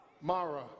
Mara